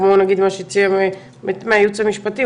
כמו נגיד מה שהציע מהייעוץ המשפטי,